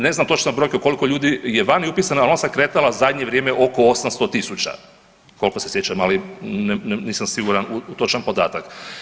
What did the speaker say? Ne znam točno brojku koliko je ljudi vani upisano, ali ona se kretala zadnje vrijeme oko 800.000 koliko se sjećam, ali nisam siguran u točan podatak.